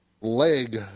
leg